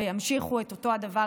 וימשיכו את אותו הדבר,